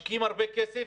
משקיעים הרבה כסף,